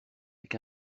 avec